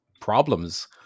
problems